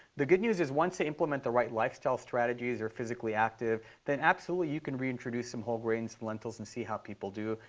the good news is once they implement the right lifestyle strategies they're physically active then absolutely you can reintroduce some whole grains and lentils and see how people do.